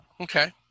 Okay